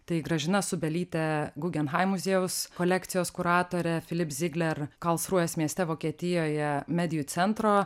tai gražina subelytė gugenhaimo muziejaus kolekcijos kuratorė philip zigler karlsrūrės mieste vokietijoje medijų centro